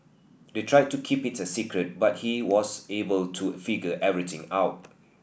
they tried to keep it a secret but he was able to figure everything out